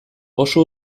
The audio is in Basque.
oso